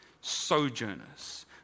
sojourners